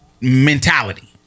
mentality